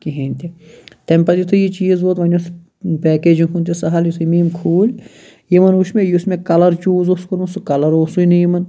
کِہیٖنۍ تہِ تمہِ پَتہٕ یُتھٕے یہِ چیٖز ووت وۄنۍ اوس پیکیجِنٛگ ہُنٛد تہِ سَہَل یُتھٕے مےٚ یِم کھوٗلۍ یِمَن وُچھ مےٚ یُس مےٚ کَلَر چوٗز اوس کوٚرمُت سُہ کَلَر اوسٕے نہٕ یِمَن